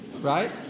Right